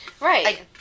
right